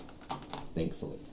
thankfully